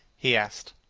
he asked.